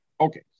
Okay